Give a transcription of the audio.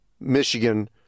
Michigan